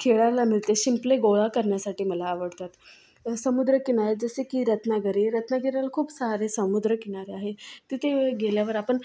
खेळायला मिळते शिंपले गोळा करण्यासाठी मला आवडतात समुद्रकिनारे जसे की रत्नागिरी रत्नागिरीला खूप सारे समुद्रकिनारे आहेत तिथे गेल्यावर आपण